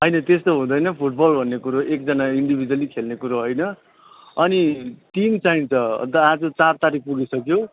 होइन त्यस्तो हुँदैन फुट बल भन्ने कुरो एकजना इन्डिभिज्वली खेल्ने कुरो होइन अनि टिम चाहिन्छ अन्त आज चार तारिक पुगिसक्यो